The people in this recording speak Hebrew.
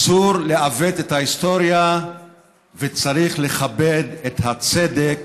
אסור לעוות את ההיסטוריה וצריך לכבד את הצדק